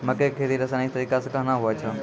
मक्के की खेती रसायनिक तरीका से कहना हुआ छ?